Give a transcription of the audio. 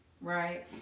right